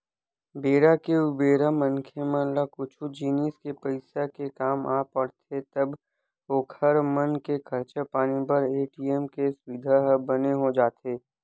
बेरा के उबेरा मनखे मन ला कुछु जिनिस के पइसा के काम आ पड़थे तब ओखर मन के खरचा पानी बर ए.टी.एम के सुबिधा ह बने हो जाथे